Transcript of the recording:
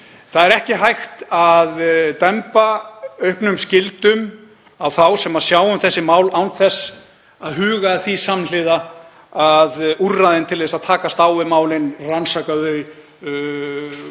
Það er ekki hægt að demba auknum skyldum á þá sem sjá um þessi mál án þess að huga að því samhliða að úrræðin til þess að takast á við málin, rannsaka þau,